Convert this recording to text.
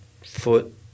foot